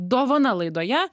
dovana laidoje